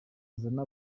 azana